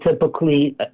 typically